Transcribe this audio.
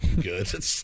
good